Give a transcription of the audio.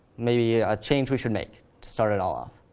maybe a change we should make to start it all off?